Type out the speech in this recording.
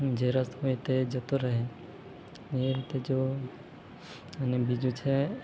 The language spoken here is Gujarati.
જે રસ હોય તે જતો રહે એ રીતે જો અને બીજું છે